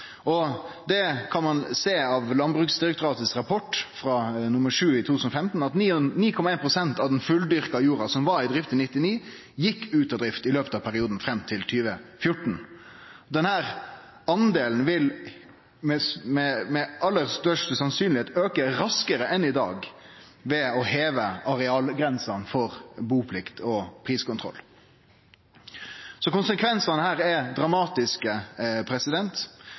jordbruksareal. Det kan ein sjå av rapport nr. 7/2015 frå Landbruksdirektoratet – at 9,1 pst. av den fulldyrka jorda som var i drift i 1999, gjekk ut av drift i løpet av perioden fram til 2014. Denne delen vil mest sannsynleg auke raskare enn i dag ved at ein hevar arealgrensene for buplikt og priskontroll. Så konsekvensane her er dramatiske.